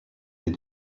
des